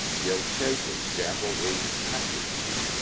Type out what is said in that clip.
gil schafer's gambrel roof country house.